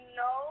no